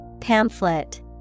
Pamphlet